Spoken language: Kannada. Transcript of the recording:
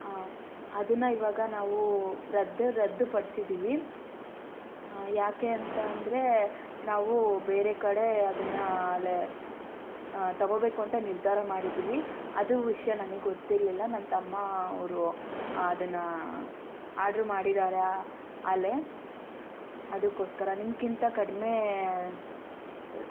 ಹಾಂ ಅದನ್ನು ಇವಾಗ ನಾವು ರದ್ದು ರದ್ದು ಪಡ್ಸಿದ್ದೀವಿ ಯಾಕೆ ಅಂತ ಅಂದರೆ ನಾವು ಬೇರೆ ಕಡೆ ಅದನ್ನು ಆಲೆ ತಗೋಬೇಕು ಅಂತ ನಿರ್ಧಾರ ಮಾಡಿದ್ದೀವಿ ಅದು ವಿಷಯ ನನಗೆ ಗೊತ್ತಿರಲಿಲ್ಲ ನನ್ನ ತಮ್ಮ ಅವರು ಅದನ್ನು ಆಡ್ರ್ ಮಾಡಿದಾರೆ ಆಲೆ ಅದಕ್ಕೋಸ್ಕರ ನಿಮ್ಗಿಂತ ಕಡಿಮೆ ರೆ